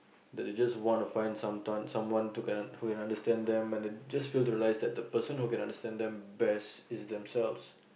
that they just want to find sometime someone to can who can understand them but them just realize that the person who can understand them best is themselves